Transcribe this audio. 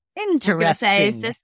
interesting